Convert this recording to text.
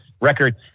record